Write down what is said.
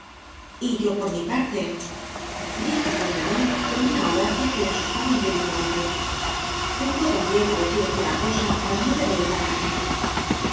y yo por mi parte dijo fauchelevent con una audacia que le asustaba interiormente tengo tambien que decir alguna cosa á la muy reverenda madre